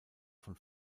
von